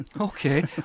Okay